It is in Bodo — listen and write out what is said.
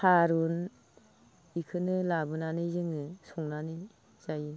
थारुन बेखौनो लाबोनानै जोङो संनानै जायो